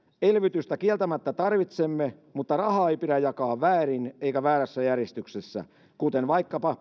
elvytystä kieltämättä tarvitsemme mutta rahaa ei pidä jakaa väärin eikä väärässä järjestyksessä kuten vaikkapa